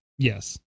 Yes